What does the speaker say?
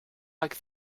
like